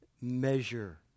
measure